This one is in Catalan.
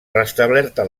restablerta